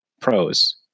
pros